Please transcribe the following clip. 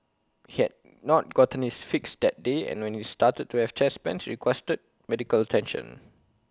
he had not gotten his fix that day and when he started to have chest pains requested medical attention